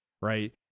right